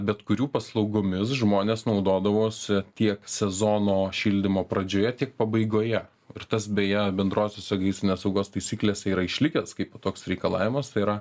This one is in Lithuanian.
bet kurių paslaugomis žmonės naudodavosi tiek sezono šildymo pradžioje tiek pabaigoje ir tas beje bendrosiose gaisrinės saugos taisyklėse yra išlikęs kaip toks reikalavimas tai yra